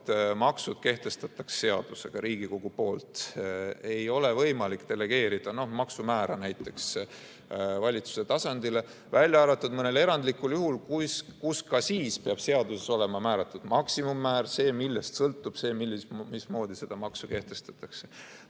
et maksud kehtestataks seadusega Riigikogu poolt. Ei ole võimalik delegeerida näiteks maksumäära kehtestamise õigust valitsuse tasandile, välja arvatud mõnel erandlikul juhul, kuid ka siis peab seaduses olema määratud maksimummäär, see, millest sõltub see, mismoodi seda maksu kehtestatakse.